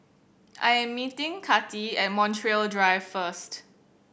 I am meeting Kati at Montreal Drive first